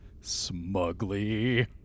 smugly